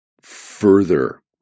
further